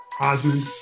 Osmond